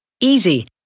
Easy